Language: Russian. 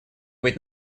быть